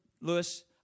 Lewis